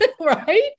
Right